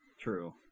True